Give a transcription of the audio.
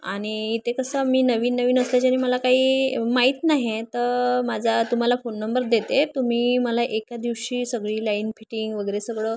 आणि इथे कसं मी नवीन नवीन असल्याच्याने मला काही माहीत नाही आहे तर माझा तुम्हाला फोन नंबर देते तुम्ही मला एका दिवशी सगळी लाईन फिटिंग वगैरे सगळं